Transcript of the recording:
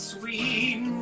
Sweet